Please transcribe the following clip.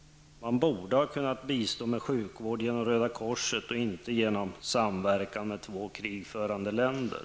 Sverige borde ha kunnat bistå med sjukvård genom Röda korset och inte genom samverkan med två krigförande länder.